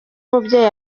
umubyeyi